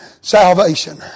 salvation